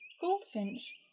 Goldfinch